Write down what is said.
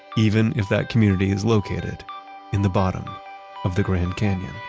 even if that community is located in the bottom of the grand canyon